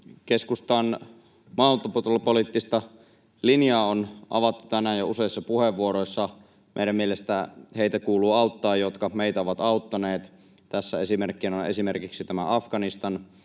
Keskustan maahanmuuttopoliittista linjaa on avattu tänään jo useissa puheenvuoroissa. Meidän mielestämme kuuluu auttaa heitä, jotka meitä ovat auttaneet. Tässä esimerkkinä on Afganistan.